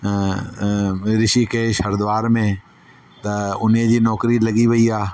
ऋषीकेश हरिद्वार में त उनजी नौकिरी लॻी वयी आहे